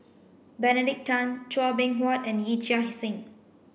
Benedict Tan Chua Beng Huat and Yee Chia Hsing